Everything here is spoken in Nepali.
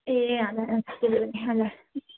ए हजुर हजुर हजुर